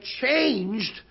changed